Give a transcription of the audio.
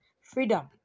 freedom